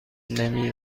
نمی